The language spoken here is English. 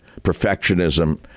perfectionism